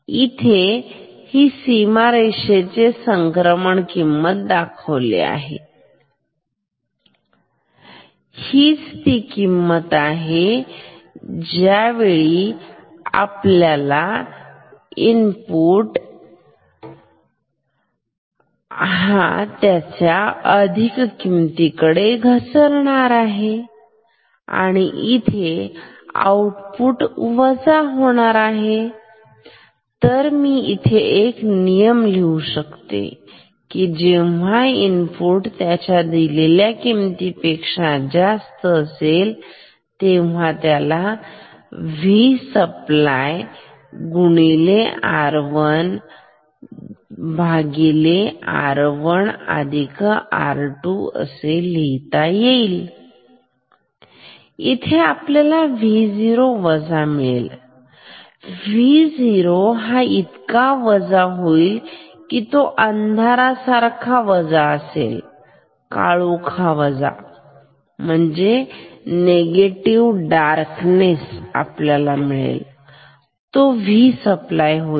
केले तर ही सीमारेषा हे संक्रमण किंमत आहे आणि हीच ती किंमत आहे ज्यावेळी इनपुट हा त्याच्या अधिक किमतीकडे घसरणार आहे जाणार आहे आणि इथे आऊटपुट वजा होणार आहे तर तर मी इथे एक नियम लिहू शकते की जेव्हा इनपुट त्याच्या दिलेल्या किमतीपेक्षा जास्त असेल तेव्हा आपल्याला असे लिहिता येईल Vsupply R1R1R2 इथे आपल्याला V0 वजा मिळेल V0 हा इतका वजा होईल की अंधारासारखा काळोखी वजा निगेटिव डार्कनेसV सप्लाय होईल